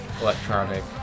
Electronic